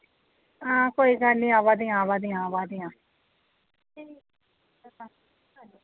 हां कोई गल्ल नी आवा दियां आवा दियां आवा दियां